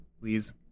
Please